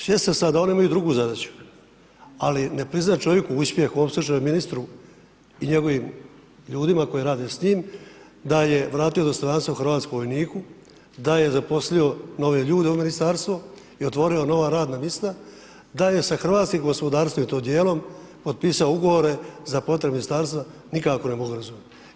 Svjestan sam da oni imaju drugu zadaću, ali ne priznaju čovjeku uspjeh u opsežnoj, ministru i njegovim ljudima koji rade s njim, da je vratio dostojanstvo Hrvatskom vojniku, da je zaposlio nove ljude u ministarstvo i otvorio nova radna mista, da je sa hrvatskim gospodarstvom i to dijelom, potpisao ugovore za potrebe ministarstva, nikako ne mogu razumit.